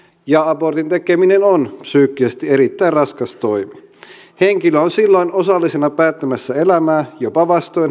ja abortin tekeminen on psyykkisesti erittäin raskas toimi henkilö on silloin osallisena päättämässä elämää jopa vastoin